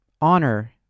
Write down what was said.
honor